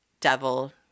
devil